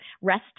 rest